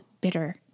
bitter